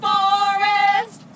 Forest